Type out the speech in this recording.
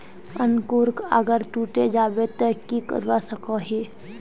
अंकूर अगर टूटे जाबे ते की करवा सकोहो ही?